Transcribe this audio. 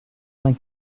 vingt